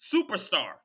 superstar